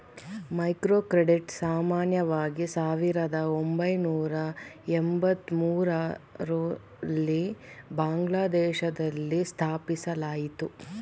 microcredit ಸಾಮಾನ್ಯವಾಗಿ ಸಾವಿರದ ಒಂಬೈನೂರ ಎಂಬತ್ತಮೂರು ರಲ್ಲಿ ಬಾಂಗ್ಲಾದೇಶದಲ್ಲಿ ಸ್ಥಾಪಿಸಲಾಯಿತು